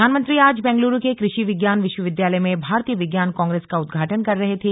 प्रधानमंत्री आज बेंगलुरू के कृषि विज्ञान विश्वविद्यालय में भारतीय विज्ञान कांग्रेस का उदघाटन कर रहे थे